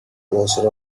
closure